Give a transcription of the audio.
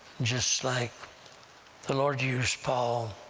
just like the lord used paul